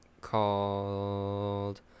called